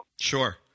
Sure